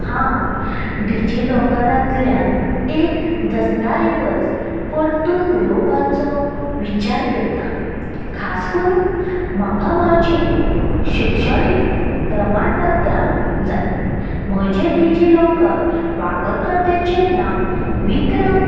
हांव डिजिलॉकरांतल्यान एक दस्तावेज परतून मेळोवपाचो विचार करतां खास करून म्हाका म्हाजें शिक्षणीक प्रमाणपत्रां जाय म्हजें डिजिलॉकर वापरकर्त्याचे नांव विक्रम